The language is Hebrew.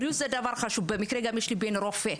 בריאות זה דבר חשוב ובמקרה יש לי בן רופא,